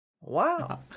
wow